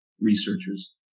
researchers